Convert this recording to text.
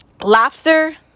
lobster